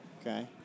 Okay